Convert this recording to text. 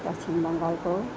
पश्चिम बङ्गालको